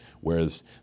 Whereas